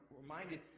reminded